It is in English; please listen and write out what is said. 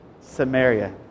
Samaria